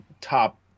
top